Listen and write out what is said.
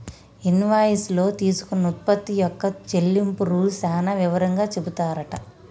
invoice లో తీసుకున్న ఉత్పత్తి యొక్క చెల్లింపు రూల్స్ సాన వివరంగా చెపుతారట